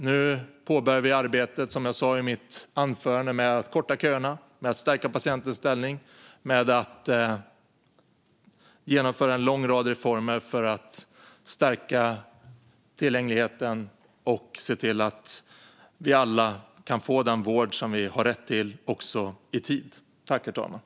Som jag sa i mitt anförande påbörjar vi nu arbetet med att korta köerna, att stärka patientens ställning och att genomföra en lång rad reformer för att stärka tillgängligheten och se till att vi alla kan få den vård som vi har rätt till och att vi kan få den i tid.